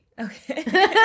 okay